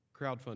crowdfunding